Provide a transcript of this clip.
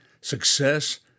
success